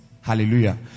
hallelujah